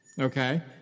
Okay